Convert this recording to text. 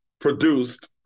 produced